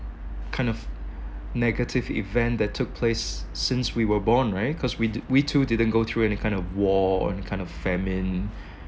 kind of negative event that took place since we were born right cause we we too didn't go through any kind of war or any kind of famine